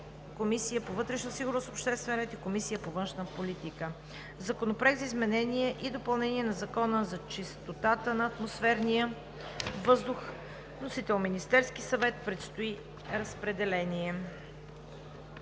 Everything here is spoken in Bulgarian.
Комисията по вътрешна сигурност и обществен ред и на Комисията по външна политика. Законопроект за изменение и допълнение на Закона за чистотата на атмосферния въздух. Вносител – Министерският съвет. Предстои разпределение.